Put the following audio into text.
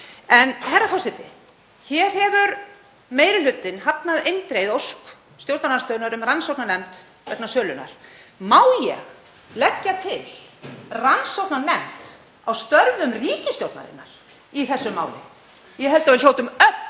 Herra forseti. Hér hefur meiri hlutinn hafnað eindregið ósk stjórnarandstöðunnar um rannsóknarnefnd vegna sölunnar. Má ég leggja til rannsóknarnefnd á störfum ríkisstjórnarinnar í þessu máli? Ég held að við hljótum öll